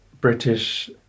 British